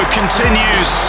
continues